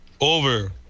Over